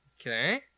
Okay